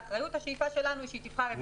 האחריות והשאיפה שלנו היא שהיא תבחר כמה שיותר.